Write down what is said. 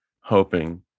hoping